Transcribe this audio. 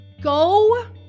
Go